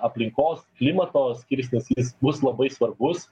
aplinkos klimato skirsnis jis bus labai svarbus